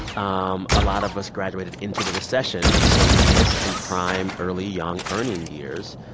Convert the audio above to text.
um a lot of us graduated into the recession, so we missed some prime, early, young earning years.